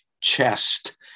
chest